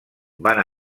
van